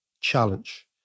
challenge